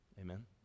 amen